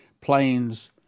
planes